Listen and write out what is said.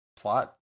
plot